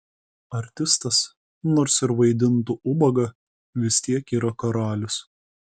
artistas nors ir vaidintų ubagą vis tiek yra karalius